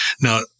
Now –